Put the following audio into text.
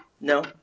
No